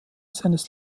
seines